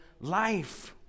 life